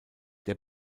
der